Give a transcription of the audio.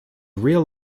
real